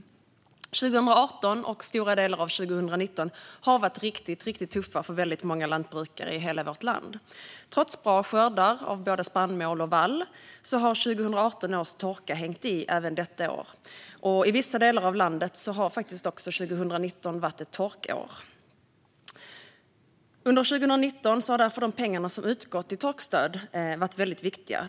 År 2018 och stora delar av 2019 har varit riktigt tuffa för många lantbrukare i hela vårt land. Trots bra skördar av både spannmål och vall har 2018 års torka hängt i även detta år, och i vissa delar av landet har faktiskt också 2019 varit ett torkår. Under 2019 har därför de pengar som utgått i torkstöd varit viktiga.